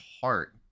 Heart